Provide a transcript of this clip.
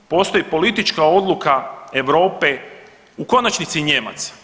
Postoji politička odluka Europe, u konačnici Nijemaca.